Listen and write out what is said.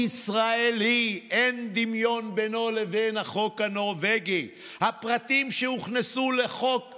שטרן, בכנסת הקודמת נכנסו במסגרת החוק הנורבגי כמה